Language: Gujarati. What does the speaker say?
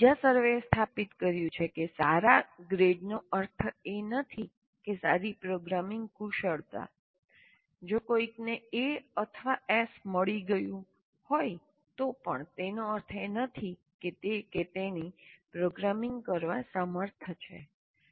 ઉપરાંત બીજા સર્વેએ સ્થાપિત કર્યું છે કે સારા ગ્રેડનો અર્થ એ નથી કે સારી પ્રોગ્રામિંગ કુશળતા જો કોઈકને 'એ' અથવા 'એસ' મળી ગયું હોય તો પણ તેનો અર્થ એ નથી કે તે તેણી પ્રોગ્રામિંગ કરવામાં સક્ષમ છે